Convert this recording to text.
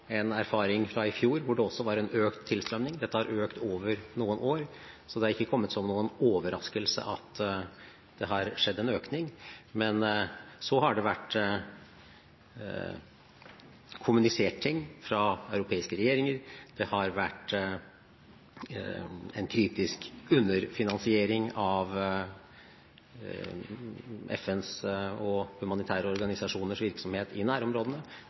en erfaring fra i fjor, da det også var en økt tilstrømning. Dette har økt over noen år, så det har ikke kommet som noen overraskelse at det har skjedd en økning. Men så har det vært kommunisert ting fra europeiske regjeringer, det har vært en kritisk underfinansiering av FNs og humanitære organisasjoners virksomhet i nærområdene